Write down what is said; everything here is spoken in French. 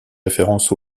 référence